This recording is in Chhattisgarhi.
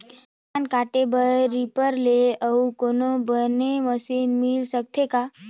धान काटे बर रीपर ले अउ कोनो बने मशीन मिल सकथे का?